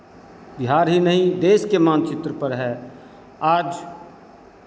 बिहार ही नहीं देश के मानचित्र पर है आज